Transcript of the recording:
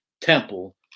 temple